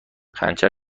پنچر